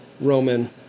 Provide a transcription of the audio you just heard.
Roman